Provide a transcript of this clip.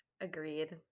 agreed